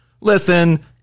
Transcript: listen